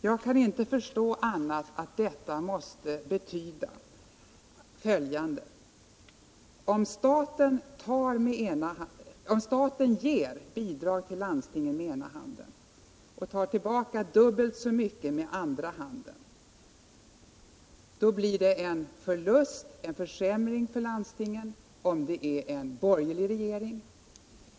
Jag kan inte förstå annat än att detta måste betyda följande. Om staten ger bidrag till landstingen med ena handen och tar tillbaka dubbelt så mycket med andra handen, då blir det en förlust, en försämring för landstingen om det är en borgerlig regering.